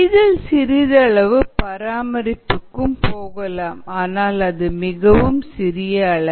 இதில் சிறிதளவு பராமரிப்புக்காக போகலாம் ஆனால் இது மிகவும் சிறிய அளவே